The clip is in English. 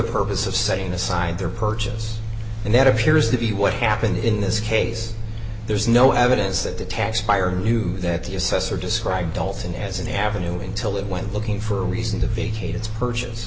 purpose of setting aside their purchase and that appears to be what happened in this case there is no evidence that the taxpayer knew that the assessor described dalton as an avenue until it went looking for a reason to vacate its purchase